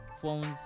phones